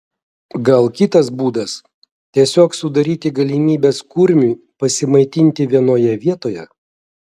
gal kitas būdas tiesiog sudaryti galimybes kurmiui pasimaitinti vienoje vietoje